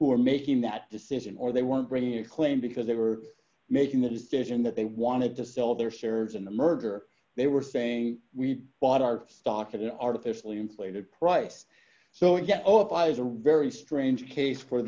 who were making that decision or they weren't bringing a claim because they were making the decision that they wanted to sell their shares in the merger they were saying we bought our stock at an artificially inflated price so i guess oh if i was a really strange case for